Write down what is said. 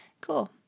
Cool